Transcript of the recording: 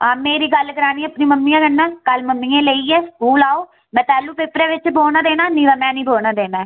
हां मेरी गल्ल करानी अपनी मम्मियै कन्नै कल मम्मियै गी लेइयै स्कूल आओ में तैल्लूं पेपरै बिच्च बौह्न देना नेईं ते में निं बौह्न देना ऐ